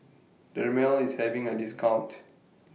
Dermale IS having A discount